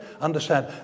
understand